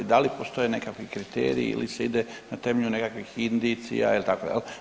Da li postoje nekakvi kriteriji ili se ide na temelju nekakvih indicija itd.